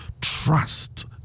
trust